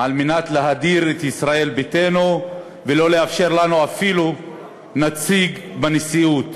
על מנת להדיר את ישראל ביתנו ולא לאפשר לנו אפילו נציג בנשיאות.